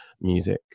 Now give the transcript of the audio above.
music